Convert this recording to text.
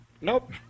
nope